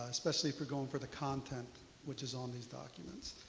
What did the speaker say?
especially if you're going for the content which is on these documents.